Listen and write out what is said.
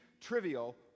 trivial